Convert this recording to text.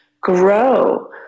grow